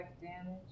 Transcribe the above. damage